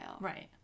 Right